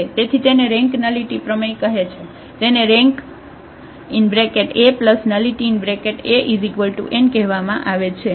તેથી તેને rank nullity પ્રમેય કહે છે તેને રેન્ક એ નલિટી એ n કહેવામાં આવે છે